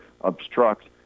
obstruct